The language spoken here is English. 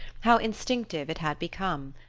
how instinctive it had become,